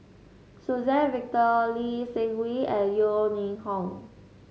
Suzann Victor Lee Seng Wee and Yeo Ning Hong